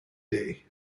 day